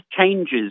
changes